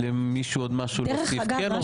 דרך אגב,